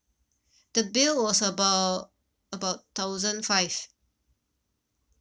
the bill was about about thousand five